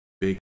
big